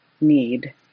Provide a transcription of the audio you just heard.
need